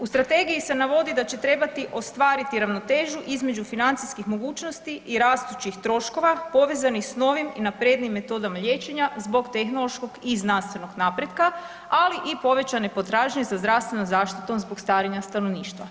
U Strategiji se navodi da će trebati ostvariti ravnotežu između financijskih mogućnosti i rastućih troškova, povezanih s novim i naprednijim metodama liječenja zbog tehnološkog i znanstvenog napretka, ali i povećanje potražnje za zdravstvenom zaštitom zbog starenja stanovništva.